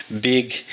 big